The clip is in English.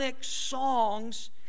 songs